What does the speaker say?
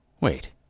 Wait